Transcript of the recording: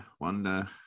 wonder